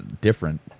different